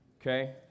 Okay